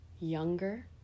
younger